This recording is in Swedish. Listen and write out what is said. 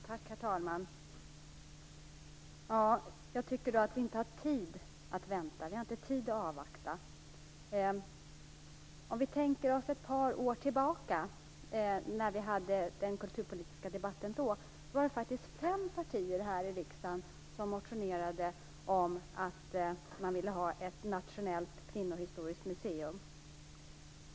Herr talman! Jag menar att vi inte har tid att vänta. Vi har inte tid att avvakta. Vi kan gå ett par år tillbaka och se till den kulturpolitiska debatten då. Det var faktiskt fem partier här i riksdagen som motionerade om ett nationellt kvinnohistoriskt museum.